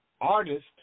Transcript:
artists